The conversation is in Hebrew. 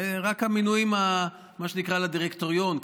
רק המינויים מה שנקרא לדירקטוריון,